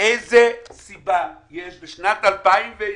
--- איזו סיבה יש בשנת 2021,